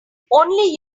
only